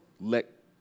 let